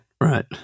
right